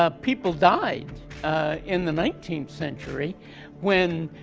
ah people died in the nineteenth century when,